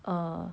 um